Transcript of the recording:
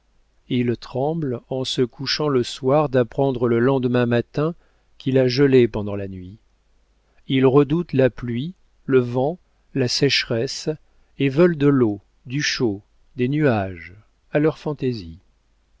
ils tremblent en se couchant le soir d'apprendre le lendemain matin qu'il a gelé pendant la nuit ils redoutent la pluie le vent la sécheresse et veulent de l'eau du chaud des nuages à leur fantaisie